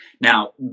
Now